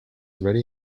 ready